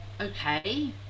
Okay